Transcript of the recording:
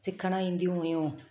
सिखण ईंदी हुयूं